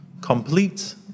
complete